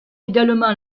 également